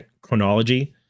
chronology